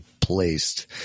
placed